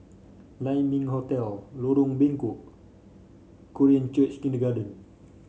Lai Ming Hotel Lorong Bengkok Korean Church Kindergarten